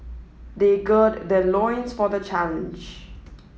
they gird their loins for the challenge